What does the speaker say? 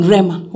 Rema